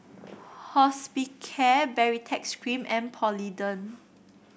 Hospicare Baritex Cream and Polident